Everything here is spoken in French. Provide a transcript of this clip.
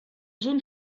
zone